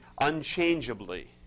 unchangeably